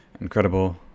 incredible